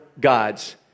gods